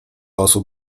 osób